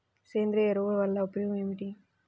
సేంద్రీయ ఎరువుల వల్ల ఉపయోగమేమిటీ?